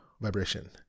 vibration